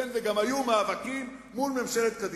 כן, וגם היו מאבקים מול ממשלת קדימה.